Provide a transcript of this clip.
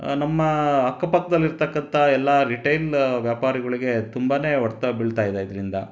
ನಮ್ಮ ಅಕ್ಪಕ್ಕದಲ್ಲಿರ್ತಕ್ಕಂಥ ಎಲ್ಲ ರಿಟೇಲ್ ವ್ಯಾಪಾರಿಗಳಿಗೆ ತುಂಬನೇ ಹೊಡೆತ ಬೀಳ್ತಾಯಿದೆ ಇದರಿಂದ